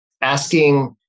asking